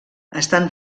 estan